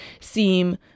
seem